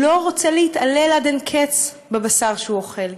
לא רוצה להתעלל עד אין-קץ בבשר שהוא אוכל,